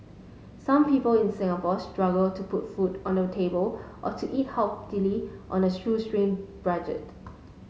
some people in Singapore struggle to put food on the table or to eat healthily on a shoestring budget